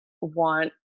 want